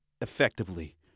effectively